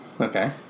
okay